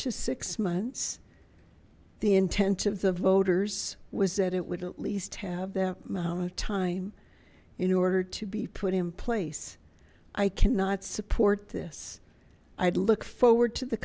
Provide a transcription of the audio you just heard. to six months the intent of the voters was that it would at least have that amount of time in order to be put in place i cannot support this i'd look forward to the